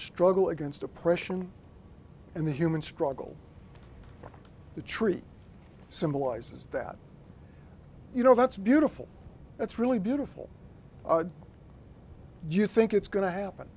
struggle against oppression and the human struggle to treat symbolizes that you know that's beautiful it's really beautiful you think it's going to happen